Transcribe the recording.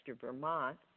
Vermont